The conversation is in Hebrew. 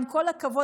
עם כל הכבוד,